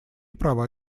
права